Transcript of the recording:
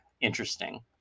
interesting